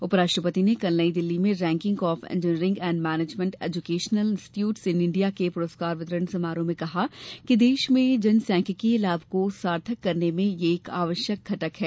उपराष्ट्रपति ने कल नई दिल्ली में ranking of engineering and management educational institutes in India के पुरस्कार वितरण समारोह में कहा कि देश के जनसांख्यिकीय लाभ को सार्थक करने में यह एक आवश्यक घटक है